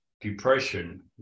depression